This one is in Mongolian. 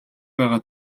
байгаа